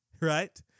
right